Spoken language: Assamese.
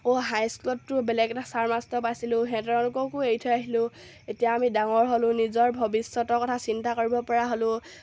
অ' হাইস্কুলততো বেলেগ এটা ছাৰ মাষ্টৰ পাইছিলোঁ সিহঁতৰলোককো এৰি থৈ আহিলোঁ এতিয়া আমি ডাঙৰ হ'লোঁ নিজৰ ভৱিষ্যতৰ কথা চিন্তা কৰিব পৰা হ'লোঁ